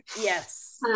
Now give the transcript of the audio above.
Yes